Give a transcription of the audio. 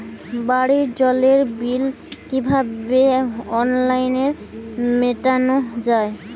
বাড়ির জলের বিল কিভাবে অনলাইনে মেটানো যায়?